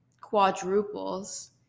quadruples